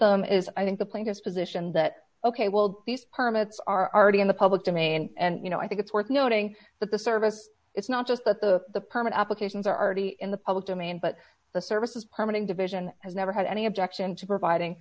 them is i think the plaintiffs position that ok well these permits are already in the public domain and you know i think it's worth noting that the service it's not just that the permit applications are ready in the public domain but the service is permanent division has never had any objection to providing